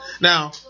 Now